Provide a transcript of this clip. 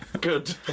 good